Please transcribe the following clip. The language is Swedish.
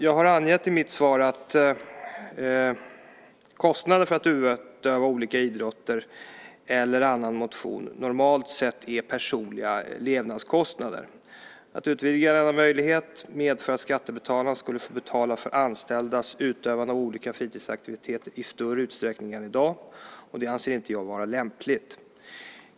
Jag har angett i mitt svar att kostnaderna för att utöva olika idrotter eller annan motion normalt sett är personliga levnadskostnader. Att utvidga denna möjlighet medför att skattebetalarna skulle få betala för anställdas utövande av olika fritidsaktiviteter i större utsträckning än i dag, och det anser inte jag vara lämpligt.